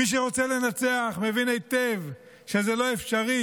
מי שרוצה לנצח מבין היטב שזה לא אפשרי,